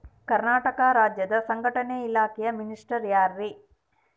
ಕರ್ನಾಟಕ ರಾಜ್ಯದ ಸಂಘಟನೆ ಇಲಾಖೆಯ ಮಿನಿಸ್ಟರ್ ಯಾರ್ರಿ?